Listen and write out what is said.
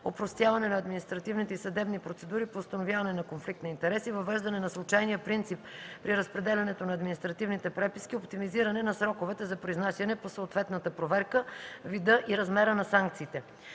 опростяване на административните и съдебни процедури по установяване на конфликт на интереси; въвеждане на случайния принцип при разпределянето на административните преписки; оптимизиране на сроковете за произнасяне по съответната проверка; вида и размера на санкциите.